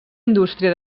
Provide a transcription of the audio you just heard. indústria